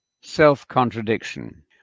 self-contradiction